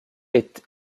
est